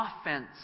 offense